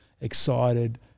excited